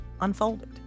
unfolded